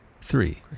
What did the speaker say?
Three